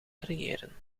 creëren